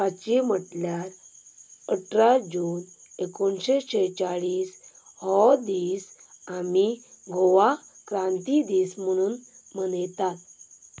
पांचवी म्हटल्यार अठरा जून एकोणशें शेचाळीस हो दीस आमी गोवा क्रांती दीस म्हणून मनयतात